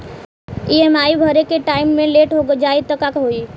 EMI भरे के time मे लेट हो जायी त का होई?